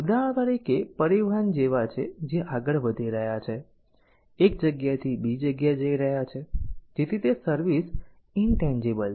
ઉદાહરણો પરિવહન જેવા છે જે આગળ વધી રહ્યા છે એક જગ્યાએથી બીજી જગ્યાએ જઈ રહ્યા છે જેથી તે સર્વિસ ઇન્તેન્જીબલ છે